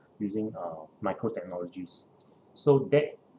using uh micro technologies so that